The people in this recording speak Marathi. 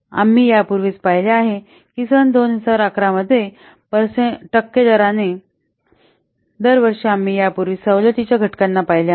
आम्ही यापूर्वीच पाहिले आहे की सन २०१ 1 मध्ये percent टक्के दराने दर वर्षी आम्ही यापूर्वी सवलतीच्या घटकांना पाहिले आहे